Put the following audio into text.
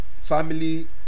family